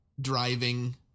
driving